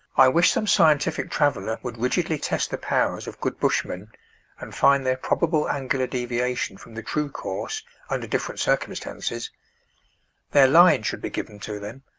i wish some scientific traveller would rigidly test the powers of good bushmen and find their probable angular deviation from the true course under different circumstances their line should be given to them,